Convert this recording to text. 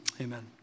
amen